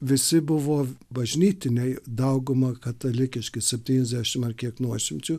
visi buvo bažnytiniai dauguma katalikiški septyniasdešim ar kiek nuošimčių